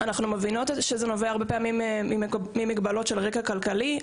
אנחנו מבינות שזה נובע הרבה פעמים ממגבלות של רקע כלכלי,